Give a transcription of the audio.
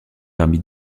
parmi